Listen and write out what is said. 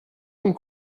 comme